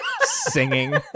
singing